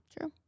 True